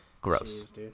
Gross